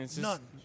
None